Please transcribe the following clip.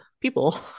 people